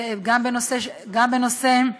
גם בנושא של